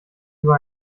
über